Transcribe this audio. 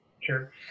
Sure